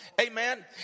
Amen